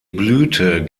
blüte